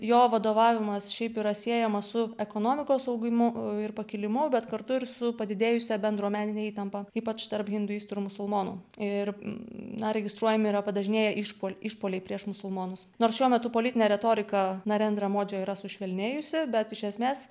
jo vadovavimas šiaip yra siejamas su ekonomikos augimu ir pakilimu bet kartu ir su padidėjusia bendruomenine įtampa ypač tarp induistų ir musulmonų ir na registruojami yra padažnėję išpuoliai išpuoliai prieš musulmonus nors šiuo metu politinė retorika narendra modžio yra sušvelnėjusi bet iš esmės